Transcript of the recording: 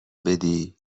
بدی